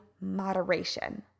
moderation